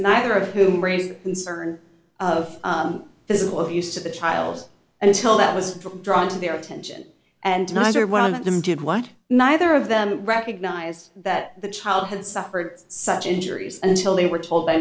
neither of whom raised concern of this is what used to the child until that was drawn to their attention and neither one of them did what neither of them recognize that the child had suffered such injuries until they were told by